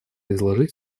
изложить